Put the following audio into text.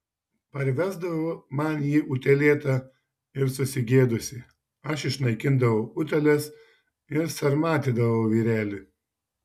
parvesdavo man jį utėlėtą ir susigėdusį aš išnaikindavau utėles ir sarmatydavau vyrelį